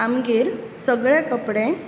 आमगेर सगळें कपडे